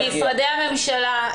משרדי הממשלה,